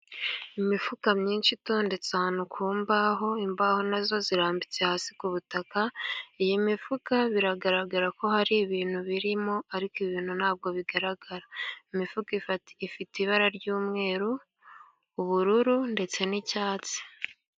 Imifuka myinshi itondetse ahantu ku mbaho, imbaho na zo zirambitse hasi ku butaka. Iyi mifuka biragaragara ko hari ibintu birimo, ariko ibintu nta bwo bigaragara. Imifuka ifite ibara ry'umweru, ubururu ndetse n'icyatsi.